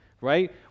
right